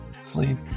sleep